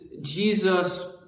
Jesus